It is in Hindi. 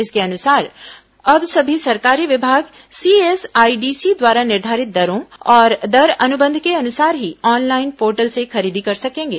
इसके अनुसार अब सभी सरकारी विभाग सीएसआईडीसी द्वारा निर्धारित दरों और दर अनुबंध के अनुसार ही ऑनलाइन पोर्टल से खरीदी कर सकेंगे